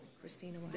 Christina